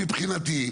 אני, מבחינתי,